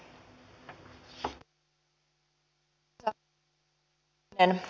arvoisa puhenainen